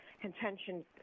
contention